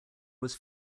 was